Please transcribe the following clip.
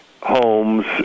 homes